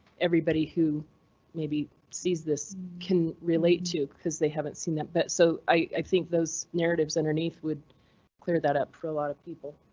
everybody who maybe sees this can relate to, cause they haven't seen that, but so i i think those narratives underneath would clear that up for a lot of people.